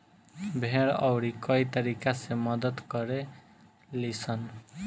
भेड़ अउरी कई तरीका से मदद करे लीसन